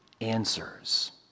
answers